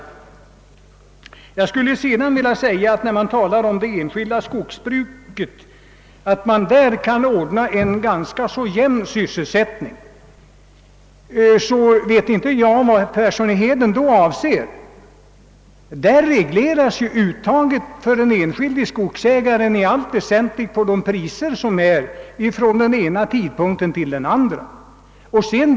Herr Persson i Heden talade om att det enskilda skogsbruket kan ordna en ganska jämn sysselsättning, men jag vet inte vad han då avser. För den enskilde skogsägaren regleras ju uttaget i allt väsentligt av de priser som gäller vid den ena eller andra tidpunkten.